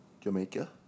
Jamaica